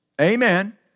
Amen